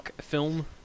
film